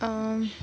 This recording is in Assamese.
অঁ